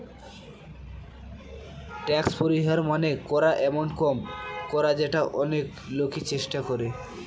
tax পরিহার মানে করা এমাউন্ট কম করা যেটা অনেক লোকই চেষ্টা করে